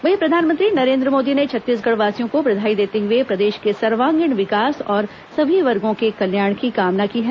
वहीं प्रधानमंत्री नरेन्द्र मोदी ने छत्तीसगढ़वासियों को बधाई देते हए प्रदेश के सर्वागीण विकास और सभी वर्गों के कल्याण की कामना की है